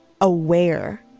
aware